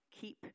Keep